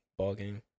ballgame